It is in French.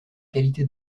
qualité